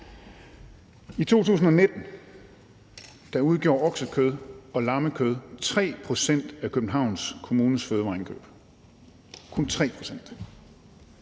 I 2019 udgjorde oksekød og lammekød 3 pct. af København Kommunes fødevareindkøb – kun 3 pct.